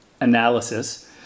analysis